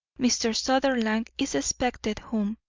mr. sutherland is expected home,